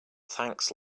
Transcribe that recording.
thanks